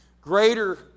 greater